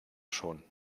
schon